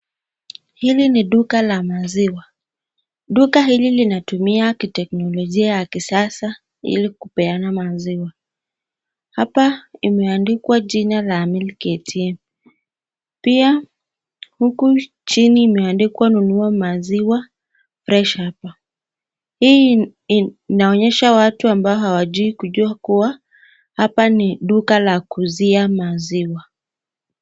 Hili ni duka la maziwa , duka hili linatumia kiteknolojia ya kisasa ili kupeana maziwa hapa imeandikwa jina la (cs)Milk ATM,(cs) pia huku chini imeandikwa nunua maziwa (cs) fresh (cs) hapa ,hii inaonyesha watu ambao hawajui kujua kuwa hapa ni duka la kuuzia maziwa.